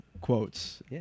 quotes